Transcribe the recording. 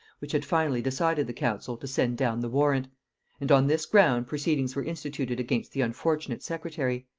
which had finally decided the council to send down the warrant and on this ground proceedings were instituted against the unfortunate secretary.